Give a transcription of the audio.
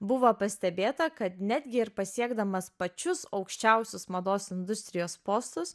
buvo pastebėta kad netgi ir pasiekdamas pačius aukščiausius mados industrijos postus